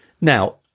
Now